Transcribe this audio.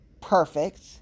Perfect